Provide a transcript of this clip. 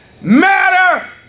matter